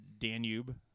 Danube